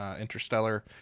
Interstellar